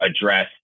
address